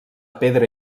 pedra